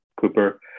Cooper